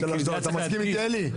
אתה מסכים איתי אלי?